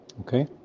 Okay